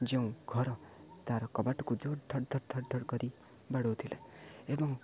ଯେଉଁ ଘର ତା'ର କବାଟକୁ ଜୋର ଧଡ଼ ଧଡ଼ ଧଡ଼ ଧଡ଼ କରି ବାଡ଼ଉଥିଲା ଏବଂ